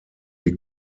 wie